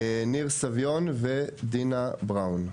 ניר סביון ודינה בראון.